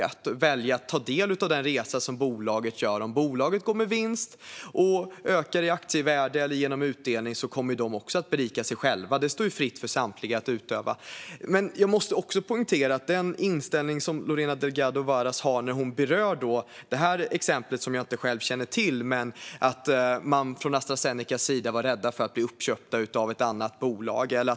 De kan välja att ta del av den resa som bolaget gör. Om bolaget går med vinst och ökar i aktievärde eller får ökade utdelningar kommer de också att berika sig själva. Det står fritt för samtliga. Lorena Delgado Varas berör ett exempel som jag själv inte känner till, nämligen att Astra Zeneca var rädd för att bli uppköpt av ett annat bolag.